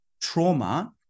trauma